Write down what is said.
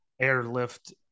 airlift